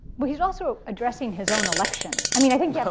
but he is also addressing his own election. i mean i mean yeah